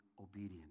obedient